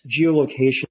geolocation